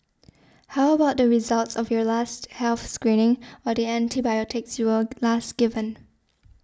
how about the results of your last health screening or the antibiotics you were last given